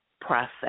process